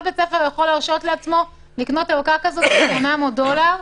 וכל בית ספר יכול להרשות לעצמו ערכה כזאת ב-800 דולר,